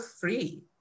free